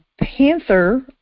panther